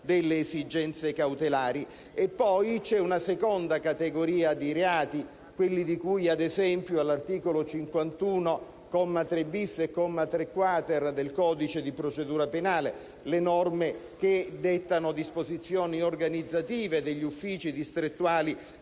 esigenze cautelari». C'è poi una seconda categoria di reati, quelli di cui ad esempio all'articolo 51 commi 3-*bis* e 3-*quater* del codice di procedura penale, ossia le norme che dettano disposizioni organizzative degli uffici distrettuali